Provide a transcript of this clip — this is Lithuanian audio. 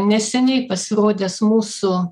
neseniai pasirodęs mūsų